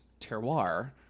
terroir